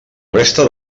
resta